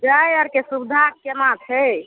जाय आबके सुबिधा केना छै